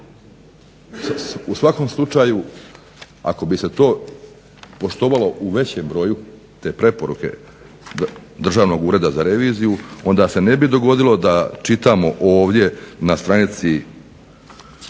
u svakom slučaju ako bi se to poštovalo u većem broju te preporuke Državnog ureda za reviziju onda se ne bi dogodilo da čitamo ovdje na stranici 3.